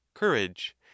Courage